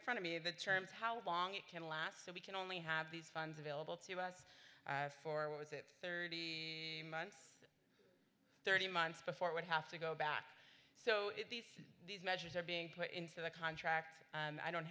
front to be the terms how long it can last so we can only have these funds available to us for what was it thirty months thirty months before it would have to go back so these measures are being put into the contract and i don't